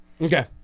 Okay